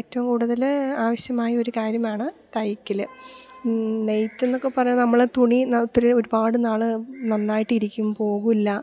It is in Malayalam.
ഏറ്റവും കൂടുതല് ആവശ്യമായ ഒരു കാര്യമാണ് തയ്ക്കല് നെയ്ത്തെന്നൊക്കെപ്പറഞ്ഞാല് നമ്മള് തുണി ഒത്തിരി ഒരുപാട് നാള് നന്നായിട്ട് ഇരിക്കും പോകുകയില്ല